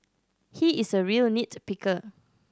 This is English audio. he is a real nit picker